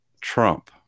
Trump